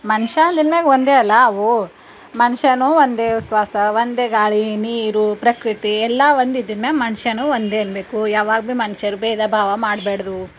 ಮನುಷ್ಯ ಅಂದ್ರಮೇಲ್ ಒಂದೇ ಅಲ ಅವು ಮನುಷ್ಯನು ಒಂದೇ ಶ್ವಾಸ ಒಂದೇ ಗಾಳಿ ನೀರು ಪ್ರಕೃತಿ ಎಲ್ಲ ಒಂದಿದಿದ್ದು ಮೇಲೆ ಮನುಷ್ಯನು ಒಂದೇ ಅನ್ಬೇಕು ಯಾವಾಗ್ ಬಿ ಮನುಷ್ಯರ್ ಬೇಧ ಭಾವ ಮಾಡಬೇಡ್ದು